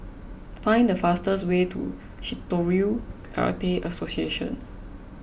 find the fastest way to Shitoryu Karate Association